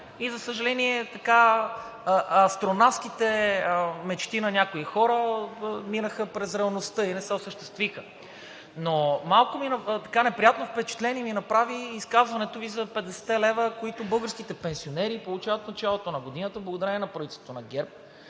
За съжаление, астронавтските мечти на някои хора минаха през реалността и не се осъществиха. Неприятно впечатление ми направи изказването Ви за петдесетте лева, които българските пенсионери получават от началото на годината благодарение на правителството на ГЕРБ